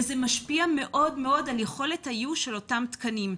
וזה משפיע מאוד מאוד על יכולת האיוש של אותם תקנים.